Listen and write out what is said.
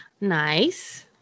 Nice